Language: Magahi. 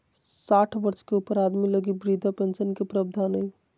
साठ वर्ष के ऊपर आदमी लगी वृद्ध पेंशन के प्रवधान हइ